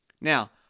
Now